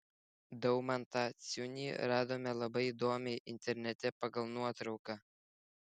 daumantą ciunį radome labai įdomiai internete pagal nuotrauką